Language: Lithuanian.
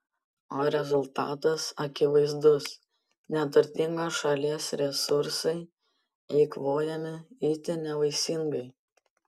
o rezultatas akivaizdus neturtingos šalies resursai eikvojami itin nevaisingai